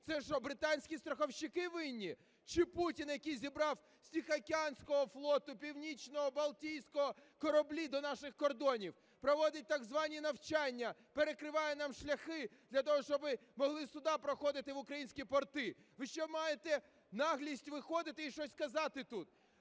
Це що, британські страховщики винні чи Путін, який зібрав з Тихоокеанського флоту, Північного, Балтійського кораблі до наших кордонів, проводять так звані навчання, перекриває нам шляхи для того, щоб могли судна проходити в українські порти? Ви ще маєте наглість виходити і щось казати тут?